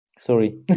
sorry